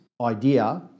idea